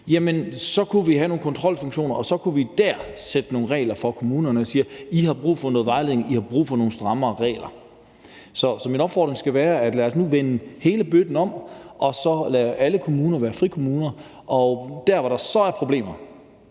så kunne vi have nogle kontrolfunktioner, og så kunne vi dér sætte nogle regler for kommunerne og sige: I har brug for noget vejledning, og I har brug for nogle strammere regler. Så min opfordring skal være: Lad os nu vende hele bøtten om og så lade alle kommuner være frikommuner. Der, hvor der så er problemer,